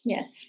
Yes